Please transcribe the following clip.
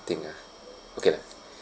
thing ah okay or not